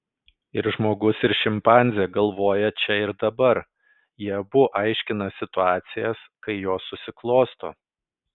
ir žmogus ir šimpanzė galvoja čia ir dabar jie abu aiškina situacijas kai jos susiklosto